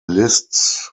lists